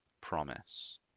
promise